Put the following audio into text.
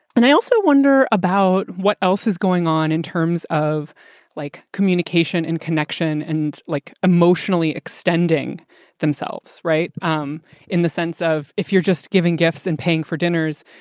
and i also wonder about what else is going on in terms of like communication and connection and like emotionally extending themselves. right. um in the sense of if you're just giving gifts and paying for dinners,